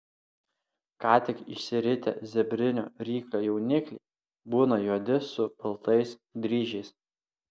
ką tik išsiritę zebrinio ryklio jaunikliai būna juodi su baltais dryžiais